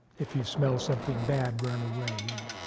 if you smell something bad, run away. and